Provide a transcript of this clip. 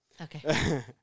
Okay